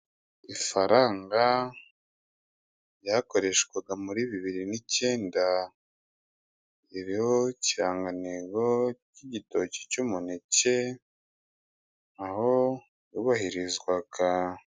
Ifaranga ryakoreshwaga muri bibiri n'icyenda, ririho ikirangantego cy'igitoki cy'umuneke, aho yubahirizwaga.